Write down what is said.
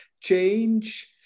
change